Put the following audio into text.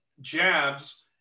jabs